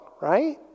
right